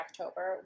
October